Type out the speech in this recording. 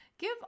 Give